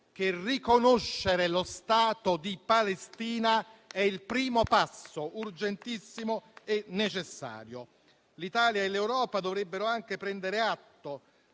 che riconoscere lo Stato di Palestina è il primo passo urgentissimo e necessario. L'Italia e l'Europa dovrebbero anche prendere atto